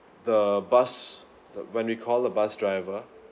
the bus the when called the bus driver